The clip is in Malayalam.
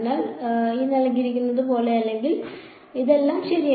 അതിനാൽ അല്ലെങ്കിൽ ശരി